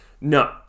No